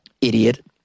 idiot